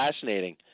fascinating